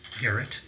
Garrett